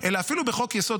אלא אפילו בחוק-יסוד,